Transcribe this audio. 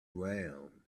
round